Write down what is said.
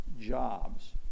jobs